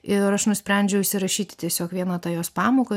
ir aš nusprendžiau įsirašyti tiesiog vieną tą jos pamoką